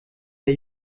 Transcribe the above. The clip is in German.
der